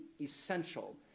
essential